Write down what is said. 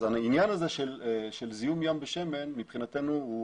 העניין הזה של זיהום יש בשמן מבחינתנו הוא